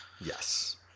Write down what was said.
Yes